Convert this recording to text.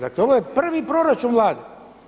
Dakle, ovo je prvi proračun live.